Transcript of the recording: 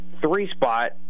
three-spot